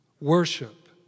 Worship